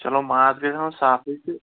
چلو ماز گژھِ آسُن صافٕے تہٕ